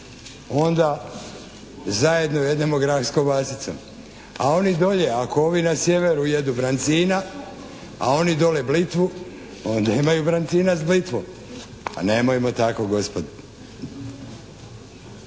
onda zajedno jedemo grah s kobasicom. A oni dolje, ako ovi na sjeveru jedu brancina a oni dole blitvu, onda imaju brancina s blitvom. Pa nemojmo tako gospodo!